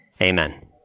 Amen